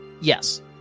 Yes